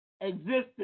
existence